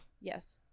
Yes